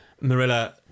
marilla